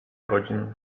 godzin